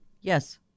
Yes